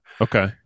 Okay